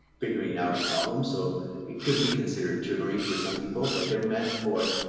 figuring out a problem. so it could be considered tutoring for some people, but they're meant for,